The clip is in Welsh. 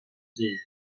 dydd